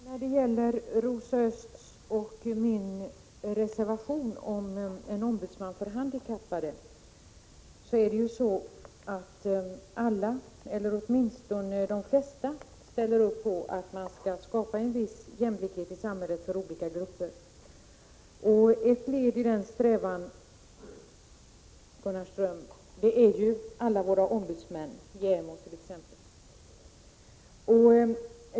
Herr talman! Jag återkommer till Rosa Ösths och min reservation om en ombudsman för handikappade. Alla, eller åtminstone de flesta, ställer upp på att man skall skapa jämlikhet i samhället för olika grupper. Ett led i denna strävan, Gunnar Ström, är ju att vi har våra många ombudsmän, exempelvis JämO.